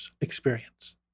experience